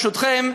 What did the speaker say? ברשותכם,